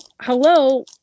Hello